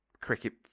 cricket